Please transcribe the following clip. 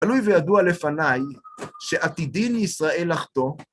תלוי וידוע לפני שעתידין ישראל לחטוא